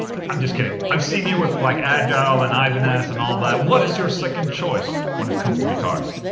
i'm just kidding, i've seen you with like agile and ibanez and all that. what is your second choice when it comes to guitars?